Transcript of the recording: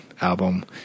album